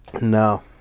No